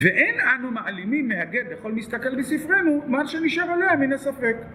ואין אנו מאלימים מאגד בכל מי שתקל בספרנו, מאז שנשאר עליה מן הספק